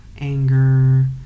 anger